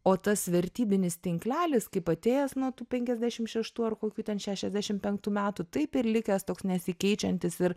o tas vertybinis tinklelis kaip atėjęs nuo tų penkiasdešim šeštų ar kokių ten šešiasdešim penktų metų taip ir likęs toks nesikeičiantis ir